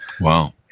Wow